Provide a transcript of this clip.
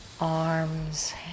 arms